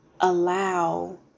allow